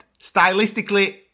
stylistically